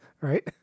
right